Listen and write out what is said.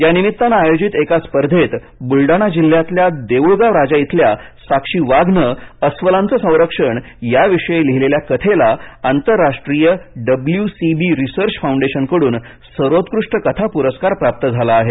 यानिमित्ताने आयोजित एका स्पर्धेत बुलडाणा जिल्ह्यातल्या देऊळगांवराजा इथल्या साक्षी वाघने अस्वलांचे संरक्षण या विषयी लिहिलेल्या कथेला आंतरराष्ट्रीय डब्ल्यू सी बी रिसर्च फाऊंडेशनकडून सर्वोत्कृष्ट कथा पुरस्कार प्राप्त झाला आहे